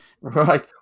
Right